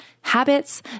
habits